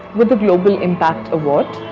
with the global impact award,